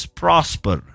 prosper